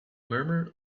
murmur